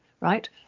right